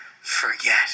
forget